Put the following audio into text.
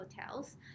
hotels